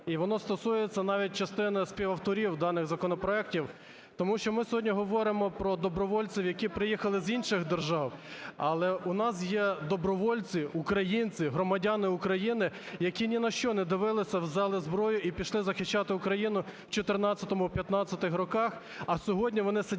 воно стосується навіть частини співавторів даних законопроектів. Тому що ми сьогодні говоримо про добровольців, які приїхали з інших держав, але в нас є добровольці-українці, громадяни України, які ні на що не дивилися, взяли зброю і пішли захищати Україну в 14-15-х роках, а сьогодні вони сидять